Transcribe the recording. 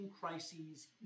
crises